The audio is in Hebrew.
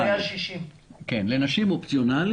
הוא היה גיל 60. לנשים הגיל אופציונלי.